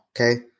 Okay